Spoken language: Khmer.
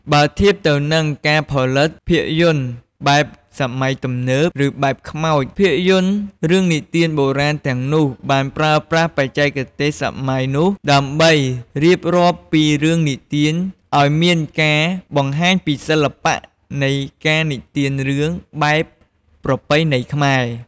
បើធៀបទៅនឹងការផលិតភាពយន្តបែបសម័យទំនើប ឬបែបខ្មោច ភាពយន្តរឿងនិទានបុរាណទាំងនោះបានប្រើប្រាស់បច្ចេកទេសសម័យនោះដើម្បីរៀបរាប់ពីរឿងនិទានឲ្យមានការបង្ហាញពីសិល្បៈនៃការនិទានរឿងបែបប្រពៃណីខ្មែរ។